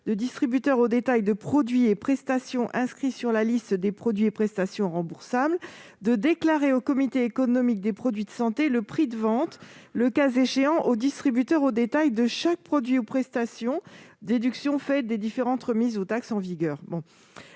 de distributeurs au détail de produits et prestations inscrits sur la liste des produits et prestations remboursables de déclarer au comité économique des produits de santé le prix de vente, le cas échéant au distributeur au détail, de chaque produit ou prestation, déduction faite des différentes remises ou taxes en vigueur.